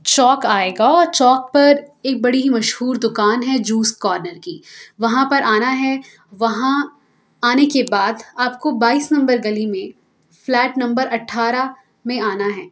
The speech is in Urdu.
چوک آئے گا اور چوک پر ایک بڑی ہی مشہور دکان ہے جوس کارنر کی وہاں پر آنا ہے وہاں آنے کے بعد آپ کو بائیس نمبر گلی میں فلیٹ نمبر اٹھارہ میں آنا ہے